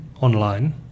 online